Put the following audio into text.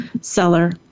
seller